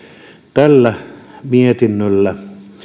tällä mietinnöllä